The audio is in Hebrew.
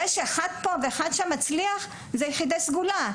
זה שאחד פה ואחד שם מצליח זה יחידי סגולה.